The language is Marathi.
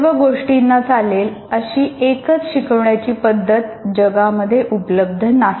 सर्व गोष्टींना चालेल अशी एकच शिकवण्याची पद्धत जगामध्ये उपलब्ध नाही